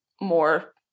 more